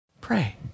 Pray